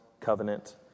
covenant